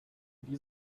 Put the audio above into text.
die